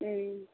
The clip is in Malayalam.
മ്